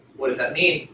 what does that mean?